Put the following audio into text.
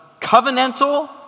covenantal